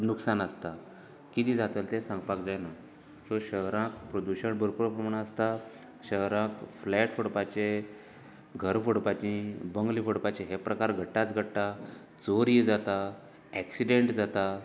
नुकसान आसता कितें जातले ते सांगपाक जायना सो शहरांत प्रदूशण भरपूर प्रमाणांत आसता शहरांत फ्लेट फोडपाचें घरां फोडपाची बंगले फोडपाचे हे प्रकार घडटाच घडटा चोरी जाता एक्सिडेंन्ट जातात